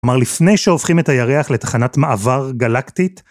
כלומר, לפני שהופכים את הירח לתחנת מעבר גלקטית,